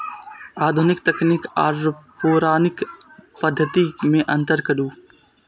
आधुनिक तकनीक आर पौराणिक पद्धति में अंतर करू?